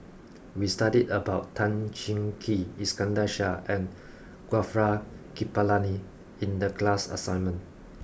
we studied about Tan Cheng Kee Iskandar Shah and Gaurav Kripalani in the class assignment